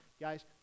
Guys